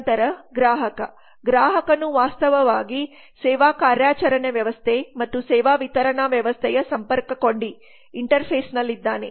ನಂತರ ಗ್ರಾಹಕ ಗ್ರಾಹಕನು ವಾಸ್ತವವಾಗಿ ಸೇವಾ ಕಾರ್ಯಾಚರಣೆ ವ್ಯವಸ್ಥೆ ಮತ್ತು ಸೇವಾ ವಿತರಣಾ ವ್ಯವಸ್ಥೆಯ ಸಂಪರ್ಕ್ ಕೊಂಡಿ ಇಂಟರ್ಫೇಸ್interface ನಲ್ಲಿದ್ದಾನೆ